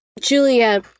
Julia